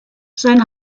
sein